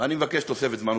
אני מבקש תוספת זמן.